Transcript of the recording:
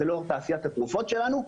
היא לא תעשיית התרופות שלנו,